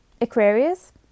Aquarius